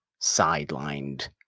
sidelined